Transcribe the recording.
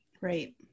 Right